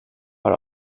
per